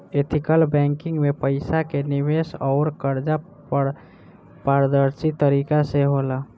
ethical banking में पईसा के निवेश अउर कर्जा पारदर्शी तरीका से होला